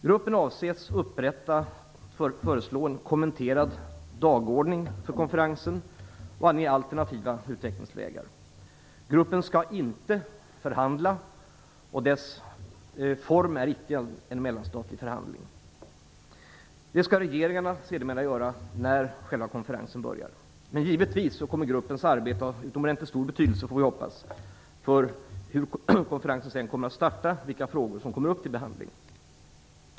Gruppen avses upprätta en kommenterad dagordning för konferensen och ange alternativa utvecklingsvägar. Gruppen skall inte förhandla. Dess form är icke en mellanstatlig förhandling. Förhandla skall regeringarna sedermera göra, när själva konferensen börjar. Givetvis kommer gruppens arbete att ha utomordentligt stor betydelse för hur konferensen sedan startar och vilka frågor som kommer upp till behandling.